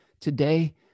today